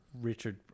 Richard